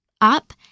up